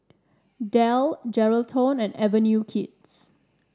Dell Geraldton and Avenue Kids